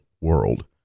world